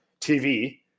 TV